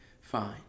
fine